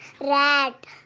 Rat